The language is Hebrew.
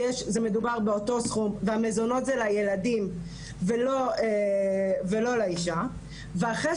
כי זה מדובר באותו סכום והמזונות זה לילדים ולא לאישה ואחרי